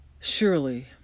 Surely